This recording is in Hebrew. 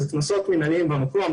אם כך, קנסות מינהליים במקום.